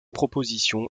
proposition